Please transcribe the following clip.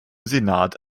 senat